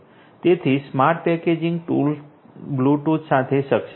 તેથી smart packaging Bluetooth સાથે સક્ષમ છે